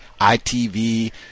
ITV